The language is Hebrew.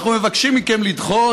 אנחנו מבקשים מכם לדחות,